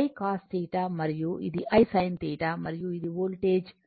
I cos θ మరియు ఇది I sin θ మరియు ఇది వోల్టేజ్ V